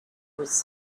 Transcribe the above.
was